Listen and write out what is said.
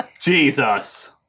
Jesus